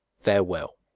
Farewell